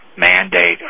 mandate